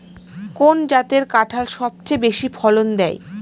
কোন জাতের কাঁঠাল সবচেয়ে বেশি ফলন দেয়?